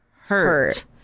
Hurt